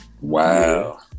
Wow